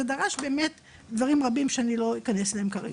זה דרש באמת דברים רבים שאני לא אכנס אליהם כרגע.